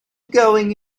going